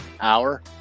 hour